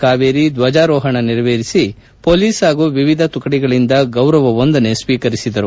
ಕಾವೇರಿ ಧ್ವಜಾರೋಪಣ ನೆರವೇರಿಸಿ ಪೊಲೀಸ್ ಪಾಗೂ ವಿವಿಧ ತುಕಡಿಗಳಿಂದ ಗೌರವ ವಂದನೆ ಸ್ವೀಕರಿಸಿದರು